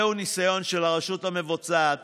זהו ניסיון של הרשות המבצעת